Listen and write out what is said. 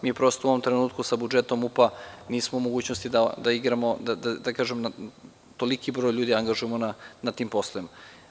Mi, prosto, u ovom trenutku sa budžetom MUP-a nismo u mogućnosti da igramo, da kažem, da toliki broj ljudi angažujemo na tim poslovima.